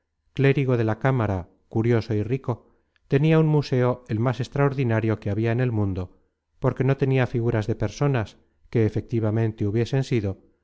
monseñor clérigo de la cámara curioso y rico tenia un museo el más extraordinario que habia en el mundo porque no tenia figuras de personas que efectivamente hubiesen sido